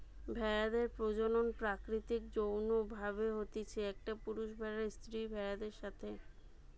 ভেড়াদের প্রজনন প্রাকৃতিক যৌন্য ভাবে হতিছে, একটা পুরুষ ভেড়ার স্ত্রী ভেড়াদের সাথে